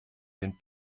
den